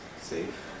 Safe